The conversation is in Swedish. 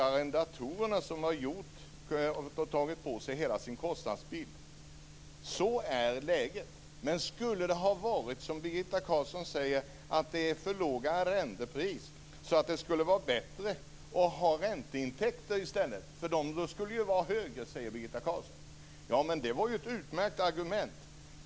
Arrendatorerna har tagit på sig hela kostnadsbiten. Så är läget. Birgitta Carlsson säger att det är för låga arrendepriser, att det skulle vara bättre att ha ränteintäkter i stället, för de skulle vara högre. Skulle det ha varit så hade det varit ett utmärkt argument.